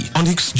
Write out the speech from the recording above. Onyx